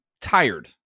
tired